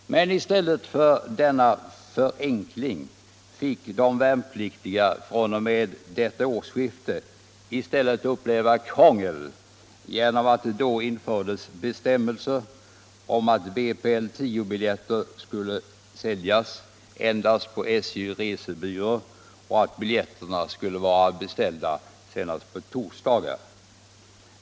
Men i stället för denna förenkling fick de värnpliktiga fr.o.m. detta årsskifte uppleva krångel genom att det då infördes bestämmelser om att vpl 10-biljetter endast skulle få säljas genom SJ-resebyråer och att biljetterna skulle vara beställda senast torsdagar.